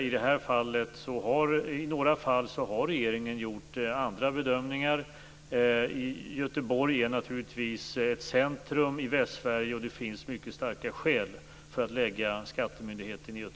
I några fall har regeringen gjort nya bedömningar. Göteborg är ett centrum i Västsverige, och det finns naturligtvis mycket starka skäl för att förlägga skattemyndigheten dit.